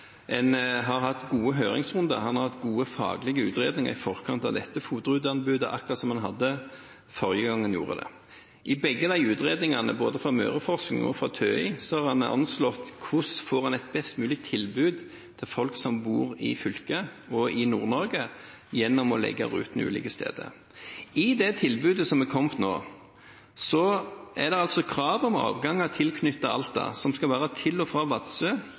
en har hatt gode høringsrunder, at en har hatt gode faglige utredninger i forkant av dette FOT-ruteanbudet, akkurat som en hadde forrige gang en gjorde det. I begge utredningene, både den fra Møreforsking og den fra TØI, har en anslått hvordan en får et best mulig tilbud til folk som bor i fylket og i Nord-Norge, gjennom å legge rutene ulike steder. I det tilbudet som er kommet nå, er det krav om avganger tilknyttet Alta som skal være til og fra Vadsø,